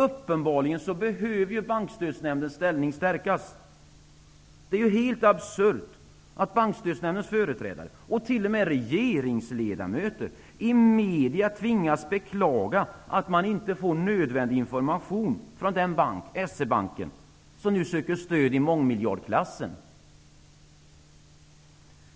Uppenbarligen behöver Bankstödsnämndens ställning stärkas. Det är helt absurt att regeringsledamöter, i media tvingas beklaga att man inte får nödvändig information från den bank, dvs. SE-banken, som nu söker stöd i mångmiljardklassen.